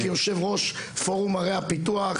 וכיושב-ראש פורום ערי הפיתוח